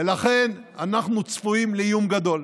ולכן אנחנו צפויים לאיום גדול.